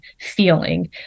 feeling